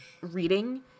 reading